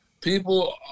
People